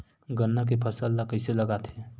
गन्ना के फसल ल कइसे लगाथे?